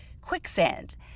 quicksand